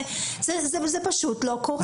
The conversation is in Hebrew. זה פשוט לא קורה.